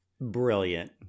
Brilliant